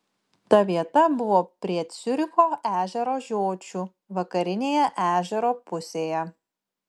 ta vieta buvo prie ciuricho ežero žiočių vakarinėje ežero pusėje